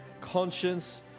conscience